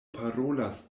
parolas